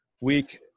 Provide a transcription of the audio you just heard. week